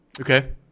Okay